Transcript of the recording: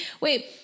wait